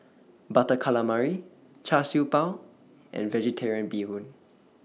Butter Calamari Char Siew Bao and Vegetarian Bee Hoon